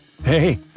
Hey